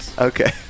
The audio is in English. Okay